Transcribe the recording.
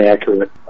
accurate